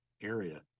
area